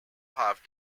have